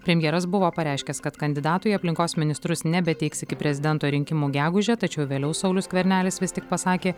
premjeras buvo pareiškęs kad kandidatų į aplinkos ministrus nebeteiks iki prezidento rinkimų gegužę tačiau vėliau saulius skvernelis vis tik pasakė